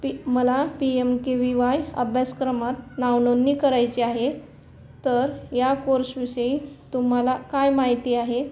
पि मला P M K V Y अभ्यासक्रमात नावनोंदणी करायची आहे तर या कोर्सविषयी तुम्हाला काय माहिती आहे